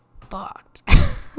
fucked